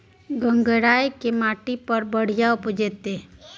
गंगराय केना माटी पर बढ़िया उपजते?